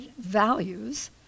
values